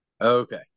okay